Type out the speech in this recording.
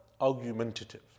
argumentative